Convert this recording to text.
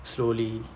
slowly